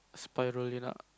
Spirulina